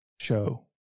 show